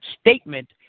statement